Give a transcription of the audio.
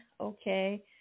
Okay